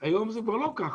היום זה כבר לא ככה.